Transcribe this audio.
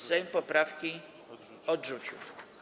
Sejm poprawki odrzucił.